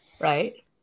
right